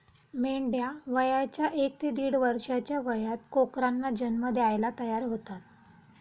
मेंढ्या वयाच्या एक ते दीड वर्षाच्या वयात कोकरांना जन्म द्यायला तयार होतात